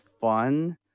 fun